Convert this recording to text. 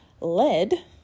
lead